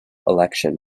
election